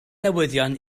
newyddion